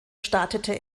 startete